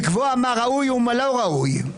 לקבוע מה ראוי ומה לא ראוי,